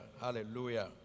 Hallelujah